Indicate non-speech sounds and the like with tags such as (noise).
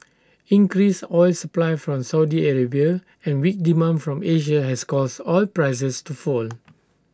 increased oil supply from Saudi Arabia and weak demand from Asia has caused oil prices to fall (noise)